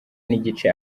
nigice